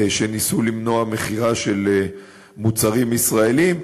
שניסו למנוע מכירה של מוצרים ישראליים.